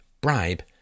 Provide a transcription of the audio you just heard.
bribe